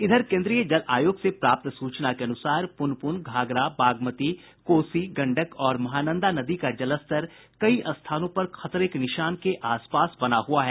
इधर केन्द्रीय जल आयोग से प्राप्त सूचना के अनुसार पुनपुन घाघरा बागमती कोसी गंडक और महानंदा नदी का जलस्तर कई स्थानों पर खतरे के निशान के आसपास बना हुआ है